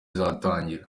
izatangira